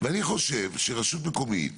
חושב שרשות מקומית